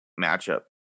matchup